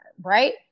right